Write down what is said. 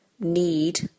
need